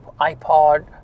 iPod